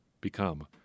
become